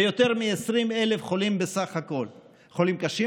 חולים קשה,